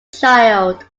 child